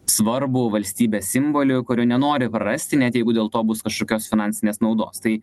svarbų valstybės simbolį kurio nenori prarasti net jeigu dėl to bus kažkokios finansinės naudos tai